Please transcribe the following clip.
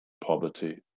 poverty